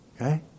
Okay